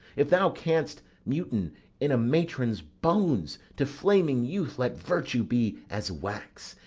if thou canst mutine in a matron's bones, to flaming youth let virtue be as wax,